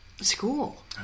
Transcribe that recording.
school